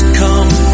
come